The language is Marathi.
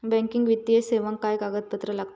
बँकिंग वित्तीय सेवाक काय कागदपत्र लागतत?